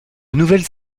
nouvelles